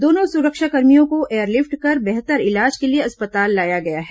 दोनों सुरक्षाकर्मियों को एयरलिफ्ट कर बेहतर इलाज के लिए अस्पताल लाया गया है